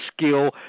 skill